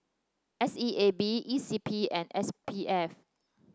S E A B E C P and S P F